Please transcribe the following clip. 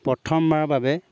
প্ৰথম বাৰৰ বাবে